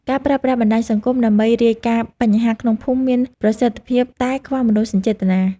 ការប្រើប្រាស់បណ្តាញសង្គមដើម្បីរាយការណ៍បញ្ហាក្នុងភូមិមានប្រសិទ្ធភាពតែខ្វះមនោសញ្ចេតនា។